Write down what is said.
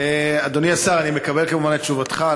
אדוני השר, אני מקבל כמובן את תשובתך.